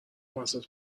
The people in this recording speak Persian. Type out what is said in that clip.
بساط